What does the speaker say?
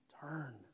Turn